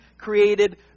created